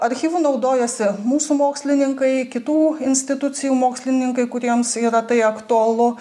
archyvu naudojosi mūsų mokslininkai kitų institucijų mokslininkai kuriems yra tai aktualu